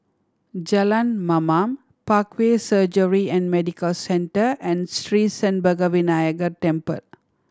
Jalan Mamam Parkway Surgery and Medical Centre and Sri Senpaga Vinayagar Temple